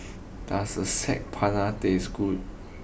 does Saag Paneer taste good